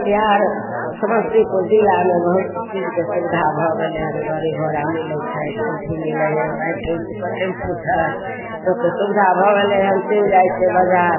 बिहार समस्तीपुर जिलामे बहुत चीजके सुविधा भऽ गेलैहन गाड़ी घोड़ा मिलय छै टेम्पू मिलय हइ मारि टेम्पूपर टेम्पू छै लोकके सुविधा भऽ गेलैहन चलि जाइ छै बजार